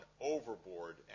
overboard